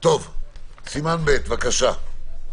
בבקשה.